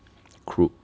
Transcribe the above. crew